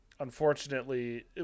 Unfortunately